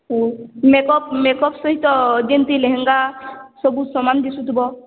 ହଉ makeup makeup ସହିତ ଯେମିତି ଲେହେଙ୍ଗା ସବୁ ସମାନ ଦିଶୁଥିବ